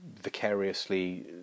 vicariously